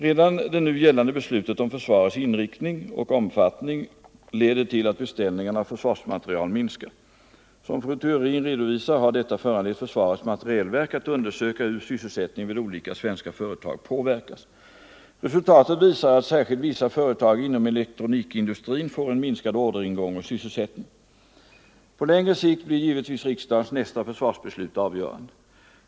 Redan det nu gällande beslutet om försvarets inriktning och omfattning leder till att beställningarna av försvarsmateriel minskar. Som fru Theorin redovisar har detta föranlett försvarets materielverk att undersöka hur sysselsättningen vid olika svenska företag påverkas. Resultatet visar att särskilt vissa företag inom elektronikindustrin får en minskad orderingång och sysselsättning. På längre sikt blir givetvis riksdagens nästa försvarsbeslut avgörande.